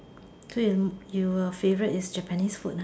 to you your favourite is Japanese food nah